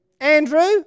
Andrew